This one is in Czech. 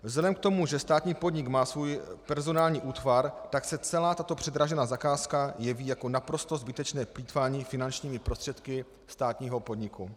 Vzhledem k tomu, že státní podnik má svůj personální útvar, tak se celá tato předražená zakázka jeví jako naprosto zbytečné plýtvání finančními prostředky státního podniku.